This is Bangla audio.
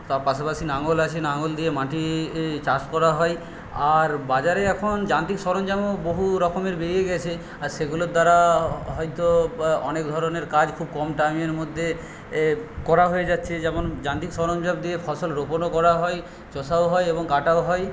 তার পাশাপাশি নাঙল আছে নাঙল দিয়ে মাটিই চাষ করা হয় আর বাজারে এখন যান্ত্রিক সরঞ্জামও বহুরকমের বেরিয়ে গেছে আর সেগুলোর দ্বারা হয়তো অনেক ধরনের কাজ খুব কম টাইমের মধ্যে করা হয়ে যাচ্ছে যেমন যান্ত্রিক সরঞ্জাম দিয়ে ফসল রোপণও করা হয় চষাও হয় এবং কাটাও হয়